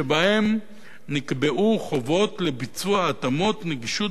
שבהן נקבעו חובות לביצוע התאמות נגישות